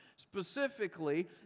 Specifically